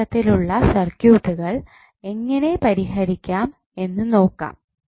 ഈതരത്തിലുള്ള സർക്യൂട്ടുകൾ എങ്ങനെ പരിഹരിക്കാം എന്ന് നോക്കാം